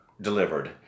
delivered